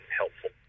helpful